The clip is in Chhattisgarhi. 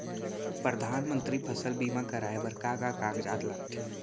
परधानमंतरी फसल बीमा कराये बर का का कागजात लगथे?